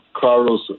Carlos